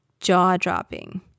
jaw-dropping